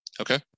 Okay